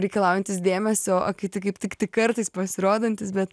reikalaujantys dėmesio o kiti kaip tik tik kartais pasirodantys bet